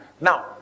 Now